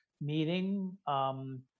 meeting